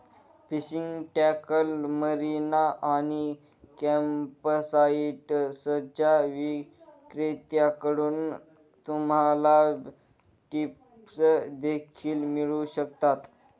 fishing tackle, marina आणि कॅम्पसाइट्सच्या विक्रेत्यांकडून तुम्हाला टिप्स देखील मिळू शकतात